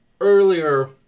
earlier